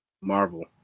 Marvel